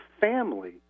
family